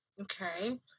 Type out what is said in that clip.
okay